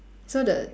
so the